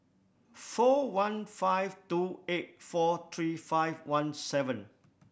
four one five two eight four three five one seven